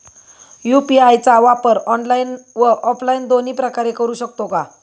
UPI चा वापर online व ऑफलाईन दोन्ही प्रकारे करु शकतो का?